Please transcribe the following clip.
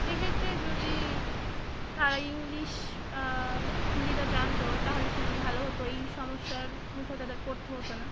সেইক্ষেত্রে যদি তারা ইংলিশ বা হিন্দিটা জানতো তাহলে খুবই ভালো হতো এই সমস্যার মুখে তাদের পড়তে হতো না